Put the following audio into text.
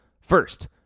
First